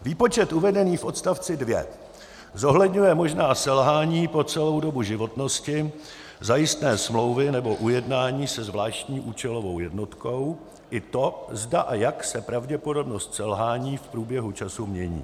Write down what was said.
Výpočet uvedený v odst. 2 zohledňuje možná selhání po celou dobu životnosti zajistné smlouvy nebo ujednání se zvláštní účelovou jednotkou, i to, zda a jak se pravděpodobnost selhání v průběhu času mění.